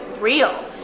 real